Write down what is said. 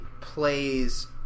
plays